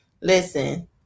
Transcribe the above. listen